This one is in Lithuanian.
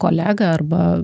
kolegą arba